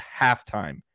halftime